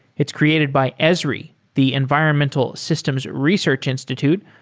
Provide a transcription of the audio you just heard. it's created by esri, the environmental systems research institute,